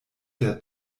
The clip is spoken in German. der